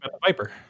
Viper